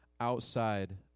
outside